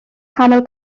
nghanol